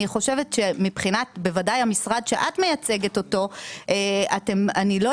אני חושבת שמבחינת בוודאי המשרד שאת מייצגת אותו לא ידוע